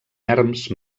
erms